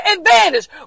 advantage